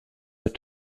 but